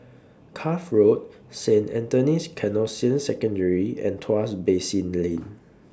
Cuff Road Saint Anthony's Canossian Secondary and Tuas Basin Lane